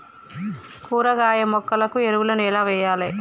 కూరగాయ మొక్కలకు ఎరువులను ఎలా వెయ్యాలే?